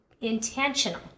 intentional